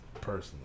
personally